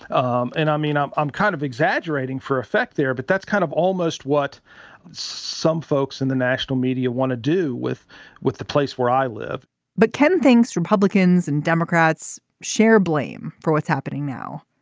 um and i mean i'm i'm kind of exaggerating for effect there but that's kind of almost what some folks in the national media want to do with with the place where i live but ken thinks republicans and democrats share blame for what's happening now.